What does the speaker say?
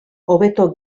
hobeto